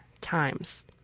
times